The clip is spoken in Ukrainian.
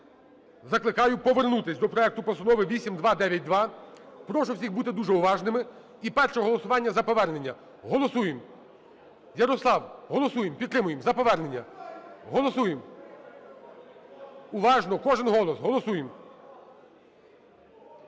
закликаю повернутись до проекту постанови 8292. Прошу всіх бути дуже уважними. І перше голосування - за повернення. Голосуємо. Ярослав, голосуємо, підтримуємо за повернення. Голосуємо. Уважно, кожен голос. Голосуємо.